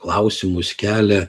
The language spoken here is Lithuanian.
klausimus kelia